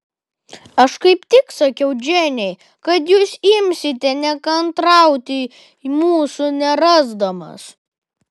aš kaip tik sakiau džeinei kad jūs imsite nekantrauti mūsų nerasdamas